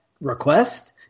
request